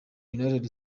united